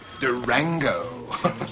Durango